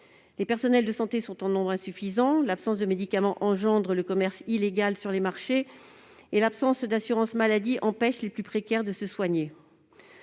Les personnels de santé sont en nombre insuffisant, l'absence de médicaments engendre le commerce illégal sur les marchés et l'absence d'assurance maladie empêche les plus précaires de se soigner.